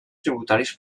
tributaris